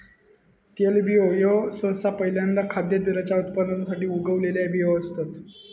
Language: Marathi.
तेलबियो ह्यो सहसा पहील्यांदा खाद्यतेलाच्या उत्पादनासाठी उगवलेला बियो असतत